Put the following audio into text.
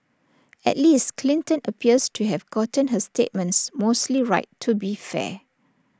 at least Clinton appears to have gotten her statements mostly right to be fair